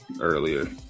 earlier